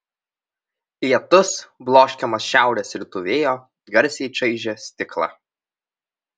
lietus bloškiamas šiaurės rytų vėjo garsiai čaižė stiklą